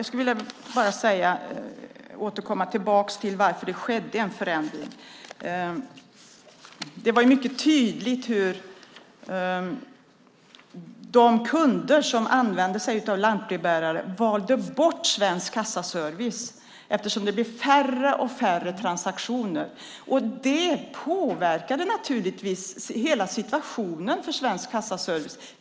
Herr talman! Jag återvänder till varför det skedde en förändring. Det var tydligt eftersom det blev färre och färre transaktioner hur de kunder som använde sig av lantbrevbärare valde bort Svensk Kassaservice. Det påverkade naturligtvis hela situationen för Svensk Kassaservice.